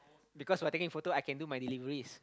because while taking photos I can do my deliveries